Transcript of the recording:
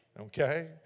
Okay